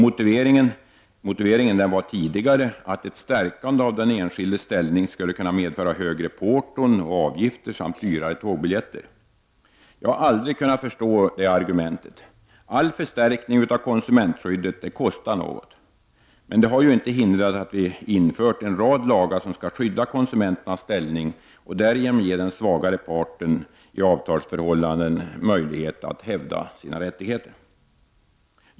Motiveringen var tidigare att ett stärkande av den enskildes ställning skulle medföra högre porton och avgifter samt dyrare tågbiljetter. Jag har aldrig kunnat förstå det argumentet. All förstärkning av konsumentskyddet kostar något, men det har ju inte hindrat att vi infört en rad lagar som skall skydda konsumenternas ställning och därigenom ge den svagare parten i avtalsförhållanden möjlighet att hävda sina rättigheter.